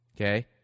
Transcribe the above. Okay